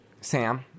Sam